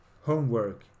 Homework